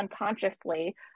unconsciously